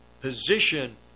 position